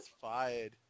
fired